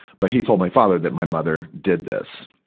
but he told my father that my mother did this.